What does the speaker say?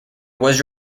was